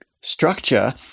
structure